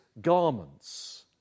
garments